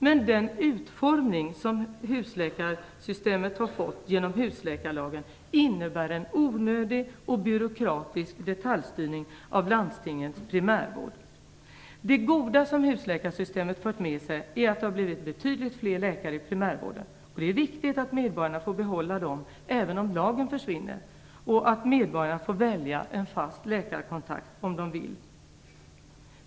Men den utformning som husläkarsystemet har fått genom husläkarlagen innebär en onödig och byråkratisk detaljstyrning av landstingens primärvård. Det goda som husläkarsystemet fört med sig är att det har blivit betydligt fler läkare i primärvården. Det är viktigt att medborgarna får behålla dem även om lagen försvinner och att medborgarna får välja en fast läkarkontakt om de vill.